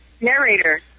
narrator